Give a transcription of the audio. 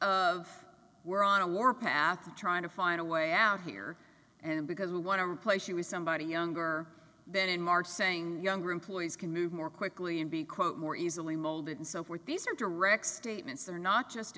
of we're on a warpath trying to find a way out here and because you want to replace you with somebody younger than in march saying younger employees can move more quickly and be quote more easily molded and so forth these are direct statements that are not just